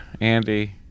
Andy